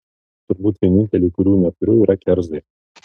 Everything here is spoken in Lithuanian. turbūt vieninteliai kurių neturiu yra kerzai